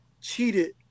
cheated